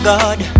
God